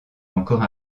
encore